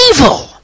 evil